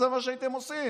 זה מה שהייתם עושים.